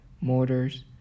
mortars